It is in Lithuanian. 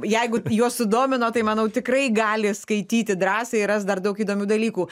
jeigu juos sudomino tai manau tikrai gali skaityti drąsiai ir rast dar daug įdomių dalykų